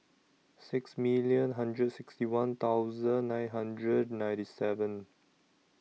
six million hundred sixty one thousand nine hundred ninety seven